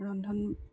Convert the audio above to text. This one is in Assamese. ৰন্ধন